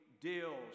deals